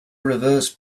reverse